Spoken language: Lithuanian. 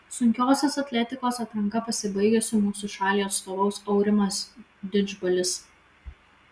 sunkiosios atletikos atranka pasibaigusi mūsų šaliai atstovaus aurimas didžbalis